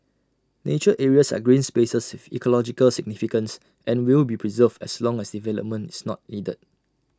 nature areas are green spaces with ecological significance and will be preserved as long as development is not needed